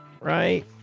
right